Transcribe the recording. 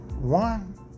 One